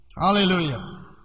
Hallelujah